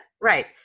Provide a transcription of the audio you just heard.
Right